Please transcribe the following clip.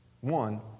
One